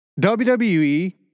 WWE